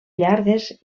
llargues